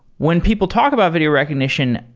when people talk about video recognition,